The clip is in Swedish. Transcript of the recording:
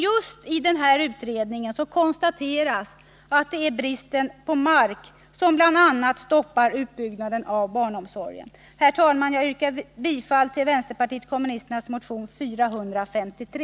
Just i denna utredning konstateras att bl.a. bristen på mark stoppar utbyggnaden av barnomsorgen. Herr talman! Jag yrkar bifall till vänsterpartiet kommunisternas motion 453.